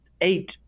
eight